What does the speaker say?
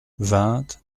vingt